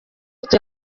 utuye